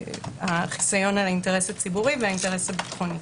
החיסיון על האינטרס הציבורי וזה הביטחוני.